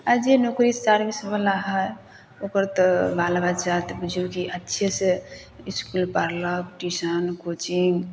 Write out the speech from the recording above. आ जे नौकरी सर्विस वला है ओकर तऽ बाल बच्चा तऽ बुझियौ जे अच्छे से इसकुल पढ़लक ट्यूशन कोचिंग